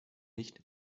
nicht